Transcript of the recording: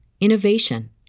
innovation